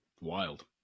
Wild